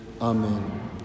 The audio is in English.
Amen